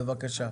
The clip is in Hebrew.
בבקשה.